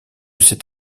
sait